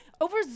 over